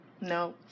No